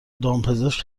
دامپزشک